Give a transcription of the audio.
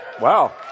wow